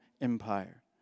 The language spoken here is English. Empire